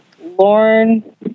Lauren